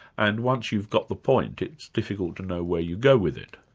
and once you've got the point, it's difficult to know where you go with it.